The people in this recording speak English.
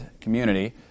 community